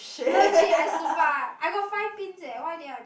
legit i sumpah I got five pins eh why didn't I